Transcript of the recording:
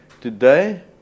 Today